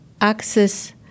access